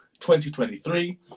2023